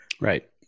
Right